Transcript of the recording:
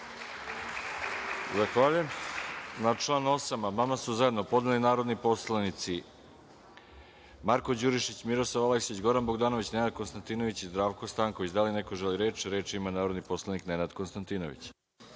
Zahvaljujem. Na član 8. amandman su zajedno podneli narodni poslanici Marko Đurišić, Miroslav Aleksić, Goran Bogdanović, Nenad Konstantinović i Zdravko Stanković. Da li neko želi reč? Reč ima narodni poslanik Nenad Konstantinović.